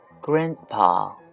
Grandpa